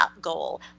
goal